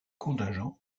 contingent